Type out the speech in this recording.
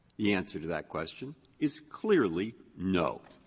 the answer to that question is clearly no.